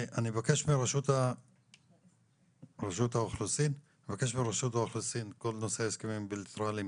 אני מבקש מרשות האוכלוסין לקדם את כל נושא ההסכמים הבילטרליים,